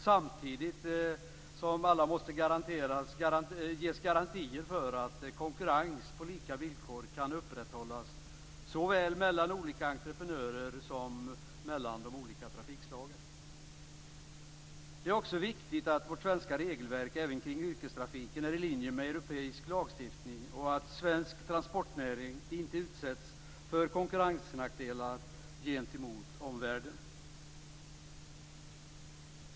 Samtidigt måste alla få garantier för att konkurrens på lika villkor kan upprätthållas såväl mellan olika entreprenörer som mellan de olika trafikslagen. Det är också viktigt att vårt svenska regelverk även i fråga om yrkestrafiken är i linje med europeisk lagstiftning och att svensk transportnäring inte utsätts för konkurrensnackdelar gentemot omvärlden.